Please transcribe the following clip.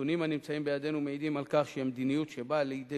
הנתונים הנמצאים בידינו מעידים שהמדיניות שבאה לידי